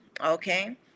okay